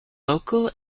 local